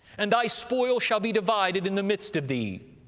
and thy spoil shall be divided in the midst of thee.